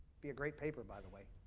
be a great paper, by the way.